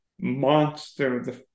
monster